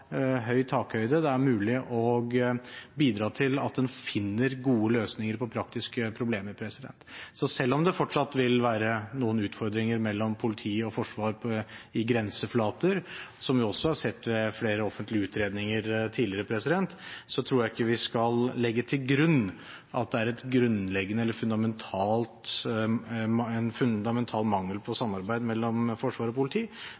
takhøyde er det mulig å bidra til å finne gode løsninger på praktiske problemer. Selv om det fortsatt vil være noen utfordringer mellom politi og forsvar i grenseflater, som vi også har sett i flere offentlige utredninger tidligere, tror jeg ikke vi skal legge til grunn at det er en fundamental mangel på samarbeid mellom forsvar og politi.